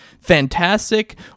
fantastic